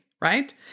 right